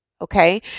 okay